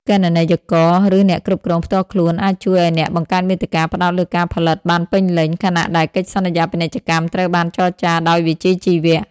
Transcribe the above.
គណនេយ្យករ ឬអ្នកគ្រប់គ្រងផ្ទាល់ខ្លួន អាចជួយឱ្យអ្នកបង្កើតមាតិកាផ្តោតលើការផលិតបានពេញលេញ ខណៈដែលកិច្ចសន្យាពាណិជ្ជកម្មត្រូវបានចរចាដោយវិជ្ជាជីវៈ។